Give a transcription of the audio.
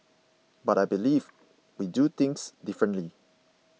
but I believe we do things differently